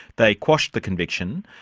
they quashed the conviction,